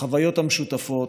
בחוויות המשותפות,